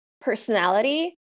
personality